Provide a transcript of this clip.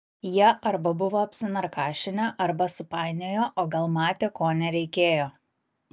jie arba buvo apsinarkašinę arba supainiojo o gal matė ko nereikėjo